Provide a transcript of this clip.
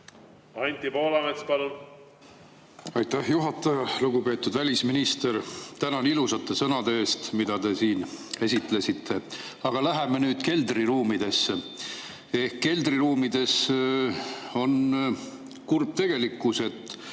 Anti Poolamets, palun! Aitäh, juhataja! Lugupeetud välisminister! Tänan ilusate sõnade eest, mida te siin [laususite]. Aga läheme nüüd keldriruumidesse. Keldriruumides on kurb tegelikkus: sel